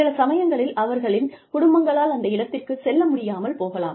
சில சமயங்களில் அவர்களின் குடும்பங்களால் அந்த இடத்திற்கு செல்ல முடியாமல் போகலாம்